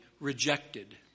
rejected